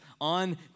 on